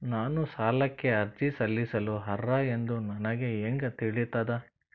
ನಾನು ಸಾಲಕ್ಕೆ ಅರ್ಜಿ ಸಲ್ಲಿಸಲು ಅರ್ಹ ಎಂದು ನನಗೆ ಹೆಂಗ್ ತಿಳಿತದ?